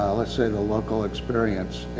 let's say the local experience.